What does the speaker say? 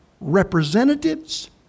representatives